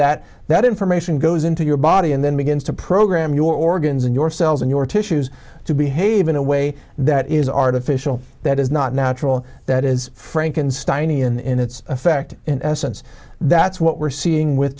that that information goes into your body and then begins to program your organs and yourselves and your tissues to behave in a way that is artificial that is not natural that is frankensteinian in its effect in essence that's what we're seeing with